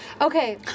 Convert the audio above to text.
Okay